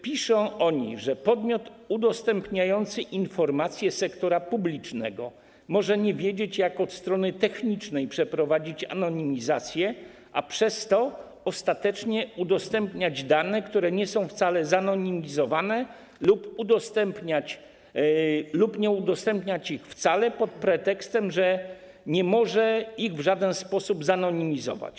Przedstawiciele federacji piszą, że podmiot udostępniający informacje sektora publicznego może nie wiedzieć, jak od strony technicznej przeprowadzić anonimizację, a przez to ostatecznie udostępniać dane, które nie są wcale zanonimizowane lub nie udostępniać ich wcale pod pretekstem, że nie może ich w żaden sposób zanonimizować.